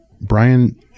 Brian